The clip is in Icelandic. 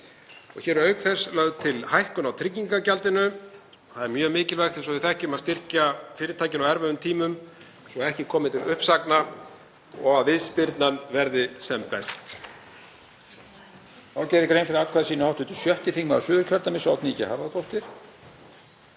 Hér er auk þess lögð til hækkun á tryggingagjaldinu. Það er mjög mikilvægt, eins og við þekkjum, að styrkja fyrirtækin á erfiðum tímum svo að ekki komi til uppsagna og viðspyrnan verði sem best.